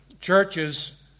churches